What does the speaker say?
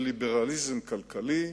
של ליברליזם כלכלי.